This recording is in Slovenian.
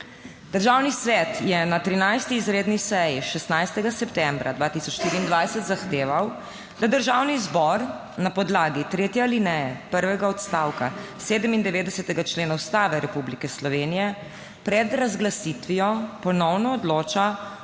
Državni svet je na 13. izredni seji 16. septembra 2024 zahteval, da Državni zbor na podlagi tretje alineje prvega odstavka 97. člena Ustave Republike Slovenije pred razglasitvijo ponovno odloča